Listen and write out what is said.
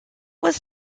was